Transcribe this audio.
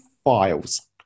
Files